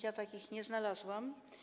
Ja takich nie znalazłam.